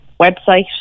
website